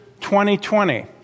2020